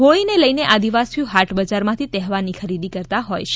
હોળીને લઇને આદિવાસીઓ હાટ બજારમાંથી તહેવારની ખરીદી કરતા હોય છે